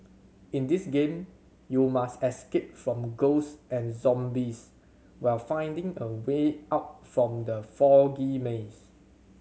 in this game you must escape from ghost and zombies while finding the way out from the foggy maze